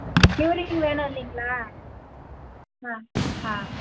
curing வேணும் இல்லைங்களா